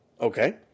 Okay